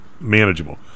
manageable